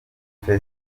rukuta